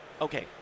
okay